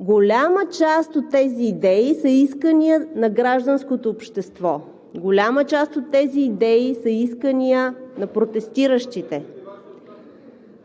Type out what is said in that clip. Голяма част от тези идеи са искания на гражданското общество, голяма част от тези идеи са искания на протестиращите.